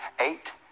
eight